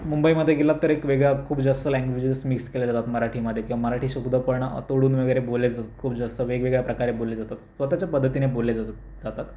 मुंबईमध्ये गेलात तर एक वेगळा खूप जास्त लँग्वेजेस मिक्स केल्या जातात मराठीमध्ये किंवा मराठी शब्द पण तोडून वगैरे बोलले जात खूप जास्त वेगवेगळ्या प्रकारे बोलले जातात स्वतःच्या पद्धतीने बोलले जातात जातात